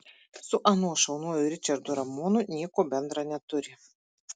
su anuo šauniuoju ričardu ramonu nieko bendra neturi